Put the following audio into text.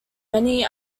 many